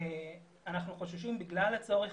אנחנו חוששים בגלל הצורך